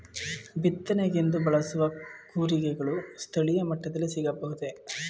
ಬಿತ್ತನೆಗೆಂದು ಬಳಸುವ ಕೂರಿಗೆಗಳು ಸ್ಥಳೀಯ ಮಟ್ಟದಲ್ಲಿ ಸಿಗಬಹುದೇ?